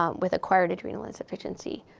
um with acquired adrenal insufficiency?